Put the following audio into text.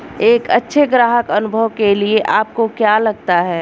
एक अच्छे ग्राहक अनुभव के लिए आपको क्या लगता है?